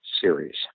series